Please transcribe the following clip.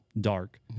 dark